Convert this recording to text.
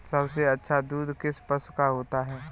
सबसे अच्छा दूध किस पशु का होता है?